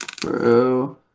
Bro